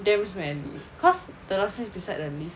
damn smelly because the dustbin is beside the lift